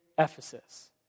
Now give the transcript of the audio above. Ephesus